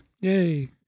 Yay